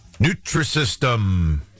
Nutrisystem